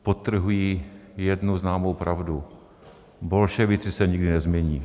Podtrhují jednu známou pravdu bolševici se nikdy nezmění.